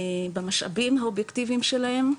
במשאבים האובייקטיבים שלהם,